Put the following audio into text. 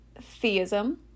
theism